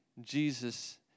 Jesus